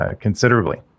considerably